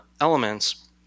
elements